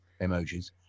emojis